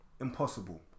impossible